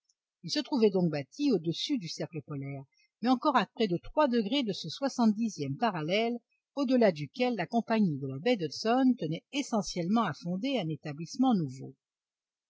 il se trouvait donc bâti au-dessus du cercle polaire mais encore à près de trois degrés de ce soixante dixième parallèle au-delà duquel la compagnie de la baie d'hudson tenait essentiellement à fonder un établissement nouveau